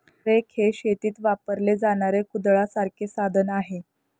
rake हे शेतीत वापरले जाणारे कुदळासारखे साधन आहे